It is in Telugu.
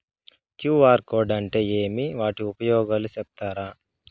క్యు.ఆర్ కోడ్ అంటే ఏమి వాటి ఉపయోగాలు సెప్తారా?